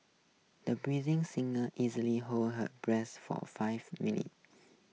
the singer easily held her breath for five minutes